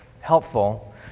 helpful